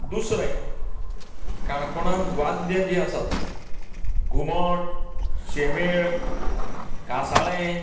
दुसरें काणकोणांत वाद्द्यां जीं आसात घुमट शेमेळ कासाळें